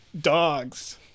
dogs